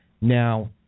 Now